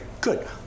Good